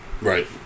Right